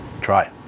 try